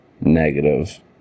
negative